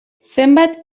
zenbat